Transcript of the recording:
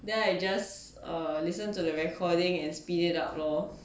then I just listen to the recording and speed it up lor